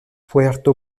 puerto